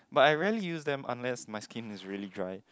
but I rarely use them unless my skin is really dry